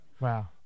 Wow